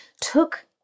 took